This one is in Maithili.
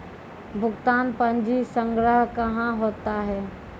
भुगतान पंजी संग्रह कहां होता हैं?